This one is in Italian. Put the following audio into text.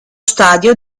stadio